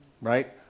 right